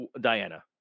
Diana